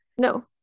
No